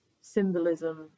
symbolism